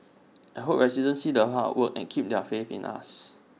I hope residents see the hard work and keep their faith in us